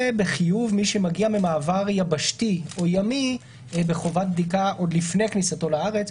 ובחיוב מי שמגיע ממעבר יבשתי או ימי בחובת בדיקה עוד לפני כניסתו לארץ.